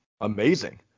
amazing